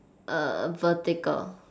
err vertical